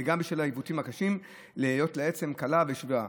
וגם בשל העיוותים הקשים והיות העצם קלה ושבירה.